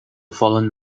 fallen